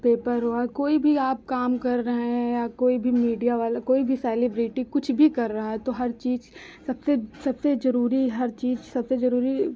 paper हुआ कोई भी आप काम कर रहे हैं या कोई भी मीडिया वाला कोई भी सेलेब्रिटी कुछ भी कर रहा है तो हर चीज सबसे सबसे जरूरी हर चीज सबसे जरूरी